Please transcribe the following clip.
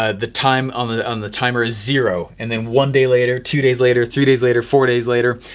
ah the time on the on the timer is zero. and then one day later, two days later, three days later, four days later.